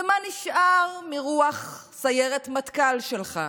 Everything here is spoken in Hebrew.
ומה נשאר מרוח סיירת מטכ"ל שלך?